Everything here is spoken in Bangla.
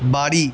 বাড়ি